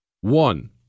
One